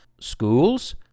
schools